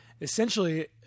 Essentially